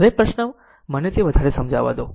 હવે પ્રશ્ન મને તે વધારે સમજાવા દો